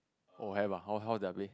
oh have ah how how their pay